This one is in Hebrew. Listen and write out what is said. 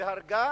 והרגה